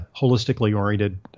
holistically-oriented